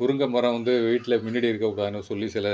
முருங்கைமரம் வந்து வீட்டில் முன்னாடி இருக்கக்கூடாதுன்னு சொல்லி சில